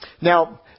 Now